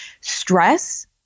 stress